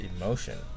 emotion